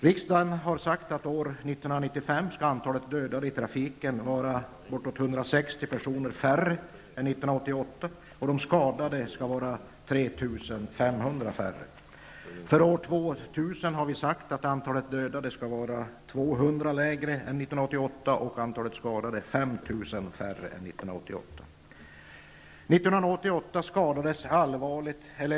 Riksdagen har sagt att antalet dödade i trafiken år 1995 skall vara bortåt 160 personer färre per år än 1988 och de skadade 3 500 färre.